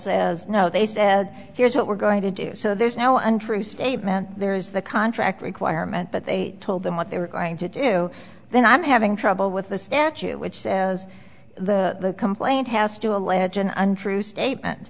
as no they said here's what we're going to do so there's no untrue statement there is the contract requirement but they told them what they were going to do then i'm having trouble with the statute which says the complaint has to allege an untrue statement